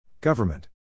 Government